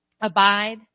abide